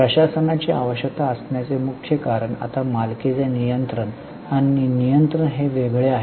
प्रशासनाची आवश्यकता असण्याचे मुख्य कारण आता मालकीचे नियंत्रण आणि नियंत्रण हे वेगळे आहे